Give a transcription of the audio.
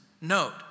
note